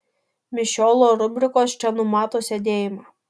mišiolo rubrikos čia numato sėdėjimą